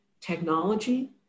technology